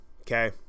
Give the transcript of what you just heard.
Okay